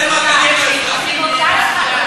לאראל מרגלית לא